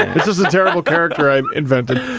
this is a terrible character i've invented.